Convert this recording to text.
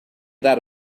that